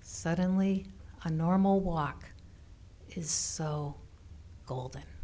suddenly a normal walk is so